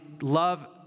love